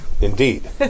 Indeed